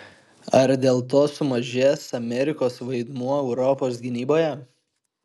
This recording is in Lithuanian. ar dėl to sumažės amerikos vaidmuo europos gynyboje